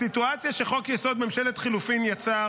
הסיטואציה שחוק-יסוד: ממשלת חילופים יצר